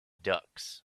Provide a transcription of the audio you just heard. ducks